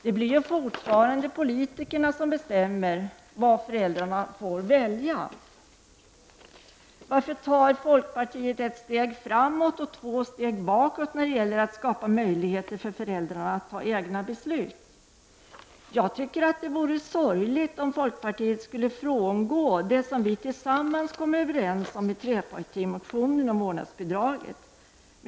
Det blir ju fortfarande politikerna som skall bestämma vad föräldrar får välja. Varför tar folkpartiet ett steg framåt och två steg tillbaka när det gäller att skapa möjligheter för föräldrar att fatta egna beslut? Jag tycker att det vore sorgligt om folkpartiet skulle frångå det som vi tillsammans kom överens om i trepartimotionen om vårdnadsbidraget.